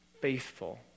faithful